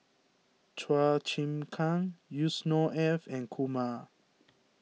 Chua Chim Kang Yusnor Ef and Kumar